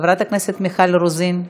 חברת הכנסת מיכל רוזין,